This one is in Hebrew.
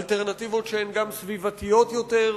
אלטרנטיבות שהן גם סביבתיות יותר,